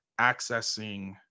accessing